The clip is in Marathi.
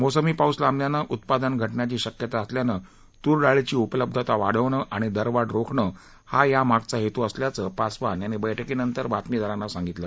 मोसमी पाऊस लांबल्यानं उत्पादन घटण्याची शक्यता असल्यानं तूर डाळीची उपलब्धता वाढवणं आणि दरवाढ रोखणं हा यामागचा हेतू असल्याचं पासवान यांनी बैठकीनंतर बातमीदारांना सांगितलं